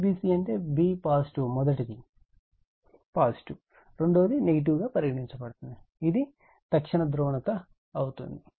Vbc అంటే b positive మొదటిది positive రెండోది నెగటివ్ గా పరిగణించండి ఇది తక్షణ ధ్రువణత అవుతుంది